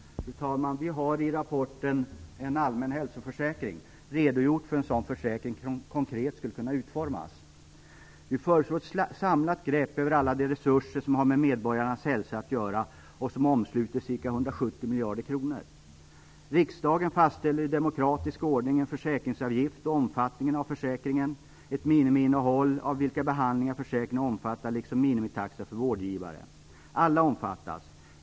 Fru talman! Vi har i rapporten "En allmän hälsoförsäkring" redogjort för hur en sådan försäkring konkret skulle kunna utformas. Vi föreslår ett samlat grepp över alla de resurser som har med medborgarnas hälsa att göra och som omsluter ca 170 miljarder kronor. Riksdagen fastställer i demokratisk ordning en försäkringsavgift och omfattningen av försäkringen - ett minimiinnehåll av behandlingar som försäkringen omfattar liksom minimitaxa för vårdgivare. Alla omfattas.